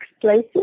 places